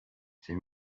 c’est